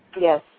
yes